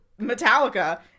Metallica